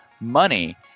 money